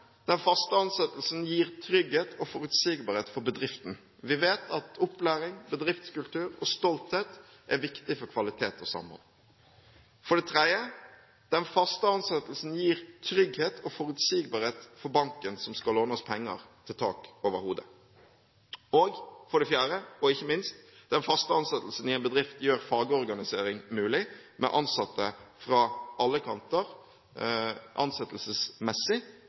bedriften. Vi vet at opplæring, bedriftskultur og stolthet er viktig for kvalitet og samhold. Den faste ansettelsen gir trygghet og forutsigbarhet for banken som skal låne oss penger til tak over hodet. Og ikke minst: Den faste ansettelsen i en bedrift gjør fagorganisering mulig. Med ansatte fra alle kanter – ansettelsesmessig